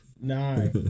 no